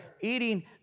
eating